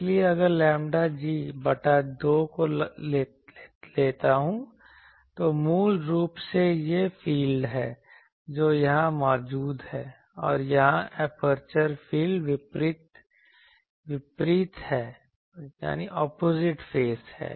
इसलिए अगर मैं 𝛌g बटा 2 को लेता हूं तो मूल रूप से वे फील्ड हैं जो यहां मौजूद हैं और यहां एपर्चर फील्ड विपरीत फेज हैं